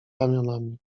ramionami